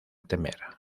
temer